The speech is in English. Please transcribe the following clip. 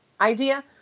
idea